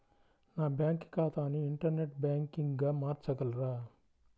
నా బ్యాంక్ ఖాతాని ఇంటర్నెట్ బ్యాంకింగ్గా మార్చగలరా?